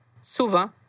Souvent